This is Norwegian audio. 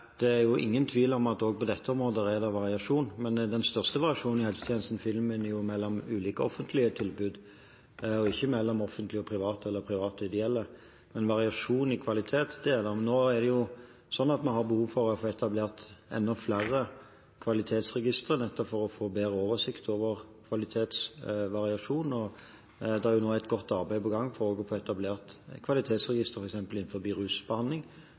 det er ingen tvil om at det også på dette området er variasjon. Den største variasjonen i helsetjenestene finner en mellom ulike offentlige tilbud, og ikke mellom offentlige og private eller mellom private og ideelle. Men variasjon i kvalitet er det. Nå er det sånn at en har behov for å få etablert enda flere kvalitetsregistre nettopp for å få bedre oversikt over kvalitetsvariasjonen. Det er nå et godt arbeid på gang for å få etablert kvalitetsregistre innenfor f.eks. rusbehandling.